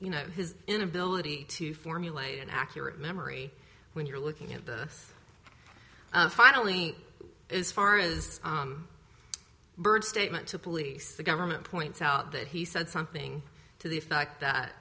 you know his inability to formulate an accurate memory when you're looking at the finally as far as byrd statement to police the government points out that he said something to the effect